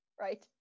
Right